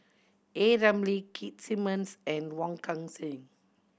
A Ramli Keith Simmons and Wong Kan Seng